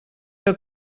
que